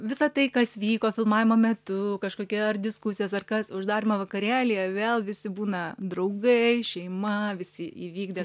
visa tai kas vyko filmavimo metu kažkokia ar diskusijos ar kas uždarymo vakarėlyje vėl visi būna draugai šeima visi įvykdė